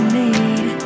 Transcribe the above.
need